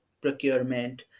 procurement